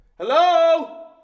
Hello